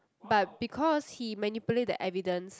but because he manipulate the evidence